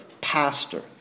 pastor